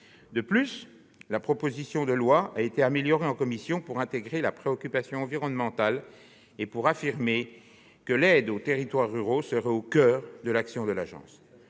De plus, le texte a été amélioré en commission pour intégrer la préoccupation environnementale et pour affirmer que l'aide aux territoires ruraux serait au coeur de l'action de l'agence.